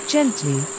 Gently